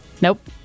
Nope